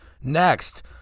Next